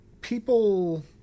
People